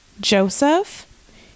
Joseph